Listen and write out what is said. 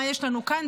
מה יש לנו כאן?